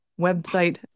website